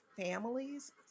families